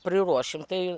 priruošim tai